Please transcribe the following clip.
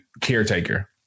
caretaker